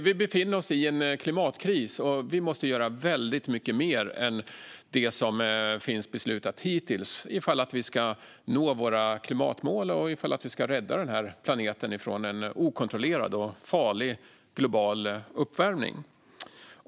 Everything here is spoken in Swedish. Vi befinner oss i en klimatkris och måste göra väldigt mycket mer än det som hittills beslutats om vi ska kunna nå våra klimatmål och rädda planeten från en okontrollerad och farlig global uppvärmning.